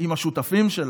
עם השותפים שלה,